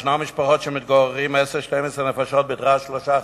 יש משפחות שמתגוררות 10 12 נפשות בדירת שלושה חדרים,